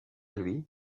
lui